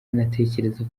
anatekereza